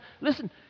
listen